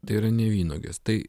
tai yra ne vynuogės tai